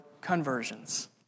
conversions